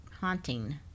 haunting